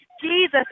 Jesus